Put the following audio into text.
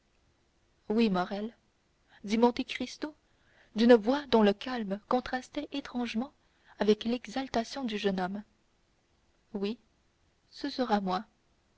courage oui morrel dit monte cristo d'une voix dont le calme contrastait étrangement avec l'exaltation du jeune homme oui ce sera moi